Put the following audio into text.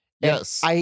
Yes